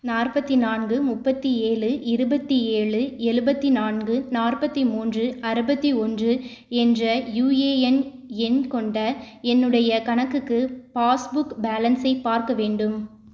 நாற்பத்து நான்கு முப்பத்து ஏழு இருபத்தி எழு எழுபத்து நான்கு நாற்பத்து மூன்று அறுபத்து ஒன்று என்ற யூஏஎன் எண் கொண்ட என்னுடைய கணக்குக்கு பாஸ்புக் பேலன்ஸை பார்க்க வேண்டும்